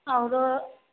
आउरो